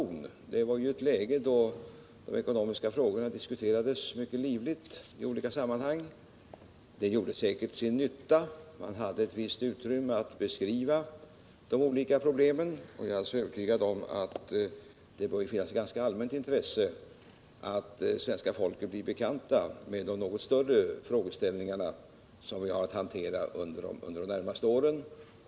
Den upplysningsverksamheten bedrevs i ett läge när de ekonomiska frågorna diskuterades mycket livligt i olika sammanhang. Den gjorde säkert sin nytta, och man hade ett visst utrymme för att beskriva de olika problemen. Jag är övertygad om att det bör finnas ett ganska allmänt intresse för att det svenska folket blir bekant med de något större frågeställningar som vi har att hantera under de närmaste åren.